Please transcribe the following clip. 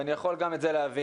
ואני יכול גם את זה להבין,